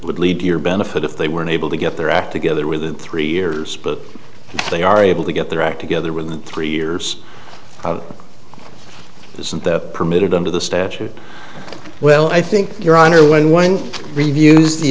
would lead to your benefit if they were unable to get their act together with three years but they are able to get their act together within three years isn't that permitted under the statute well i think your honor when one reviews the